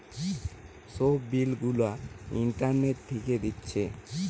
সব বিল গুলা ইন্টারনেট থিকে দিচ্ছে